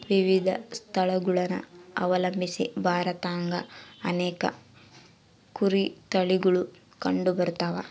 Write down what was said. ವಿವಿಧ ಸ್ಥಳಗುಳನ ಅವಲಂಬಿಸಿ ಭಾರತದಾಗ ಅನೇಕ ಕುರಿ ತಳಿಗುಳು ಕಂಡುಬರತವ